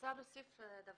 רוצה להוסיף משהו.